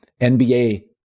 NBA